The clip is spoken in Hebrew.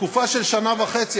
בתקופה של שנה וחצי,